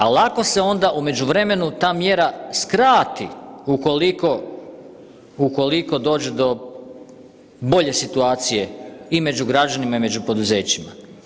A lako se onda u međuvremenu ta mjera skrati ukoliko dođe do bolje situacije i među građanima i među poduzećima.